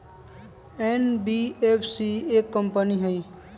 NBFC एक company हई?